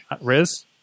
Riz